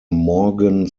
morgan